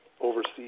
Overseas